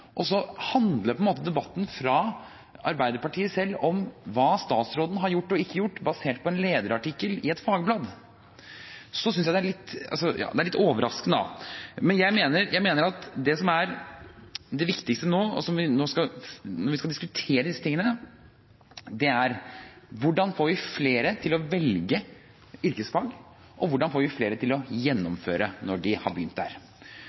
og så handler debatten fra Arbeiderpartiet selv om hva statsråden har gjort og ikke gjort basert på en lederartikkel i et fagblad. Det synes jeg er litt overraskende. Jeg mener at det som er det viktigste nå, når vi skal diskutere disse tingene, er: Hvordan får vi flere til å velge yrkesfag, og hvordan får vi flere til å gjennomføre når de har begynt der?